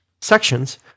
sections